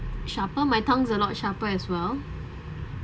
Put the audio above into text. sharper my tongues a lot sharper as well